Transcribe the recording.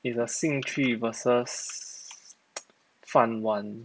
it's your 兴趣 versus 饭碗